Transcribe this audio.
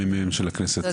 הממ"מ של הכנסת, בבקשה.